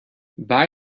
buy